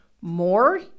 more